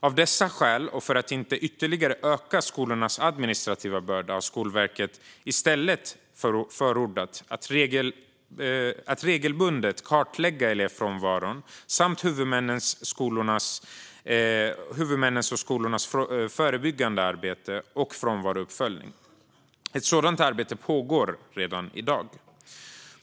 Av dessa skäl och för att inte ytterligare öka skolornas administrativa börda har Skolverket i stället förordat att regelbundet kartlägga elevfrånvaron samt huvudmännens och skolornas förebyggande arbete och frånvarouppföljning. Ett sådant arbete pågår redan i dag.